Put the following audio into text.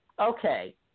Okay